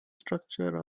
structure